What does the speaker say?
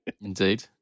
Indeed